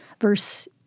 Verse